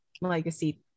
Legacy